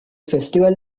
festival